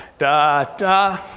da, da.